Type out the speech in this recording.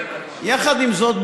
יחד עם זאת,